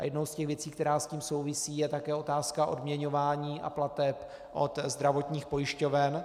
Jedna z věcí, která s tím souvisí, je také otázka odměňování a plateb od zdravotních pojišťoven.